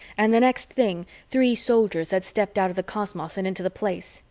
and the next thing three soldiers had stepped out of the cosmos and into the place,